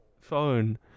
phone